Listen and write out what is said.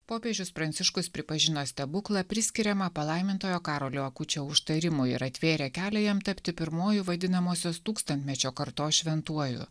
popiežius pranciškus pripažino stebuklą priskiriamą palaimintojo karolio akučio užtarimui ir atvėrė kelią jam tapti pirmuoju vadinamosios tūkstantmečio kartos šventuoju